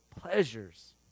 pleasures